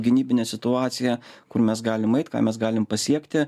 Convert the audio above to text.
gynybinė situacija kur mes galim eit ką mes galim pasiekti